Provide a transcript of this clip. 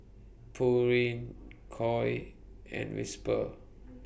Pureen Koi and Whisper